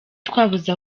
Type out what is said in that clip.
twabuze